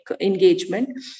engagement